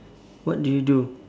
what do you do